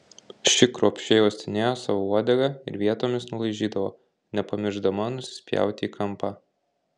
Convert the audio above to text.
ši kruopščiai uostinėjo savo uodegą ir vietomis nulaižydavo nepamiršdama nusispjauti į kampą